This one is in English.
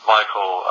Michael